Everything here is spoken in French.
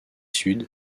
sud